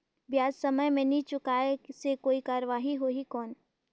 ब्याज समय मे नी चुकाय से कोई कार्रवाही होही कौन?